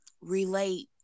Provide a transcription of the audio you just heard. relate